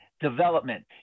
development